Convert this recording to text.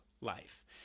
life